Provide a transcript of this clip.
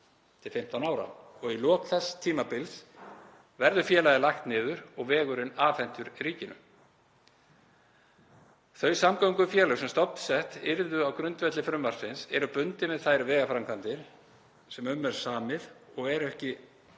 Þau samgöngufélög sem stofnsett yrðu á grundvelli frumvarpsins eru bundin við þær vegaframkvæmdir sem um er samið og er ekki